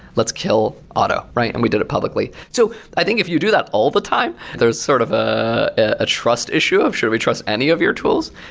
let's kill otto, and we did it publicly. so i think if you do that all the time, there's sort of a trust issue of should we trust any of your tools?